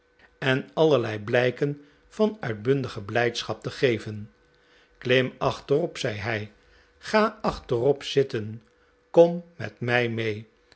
en allerlei blijken van uitbundige blijdschap te geven klim achterop zei hij ga achterop zitten kom met mij mee